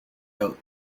out